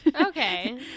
Okay